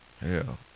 hell